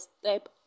step